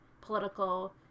political